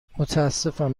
متاسفم